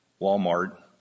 Walmart